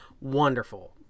wonderful